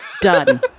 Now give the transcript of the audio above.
Done